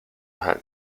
had